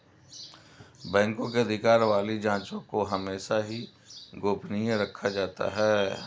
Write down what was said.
बैंकों के अधिकार वाली जांचों को हमेशा ही गोपनीय रखा जाता है